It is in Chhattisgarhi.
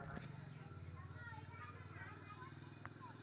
बिना बिल के लेन देन म सुरक्षा हवय के नहीं?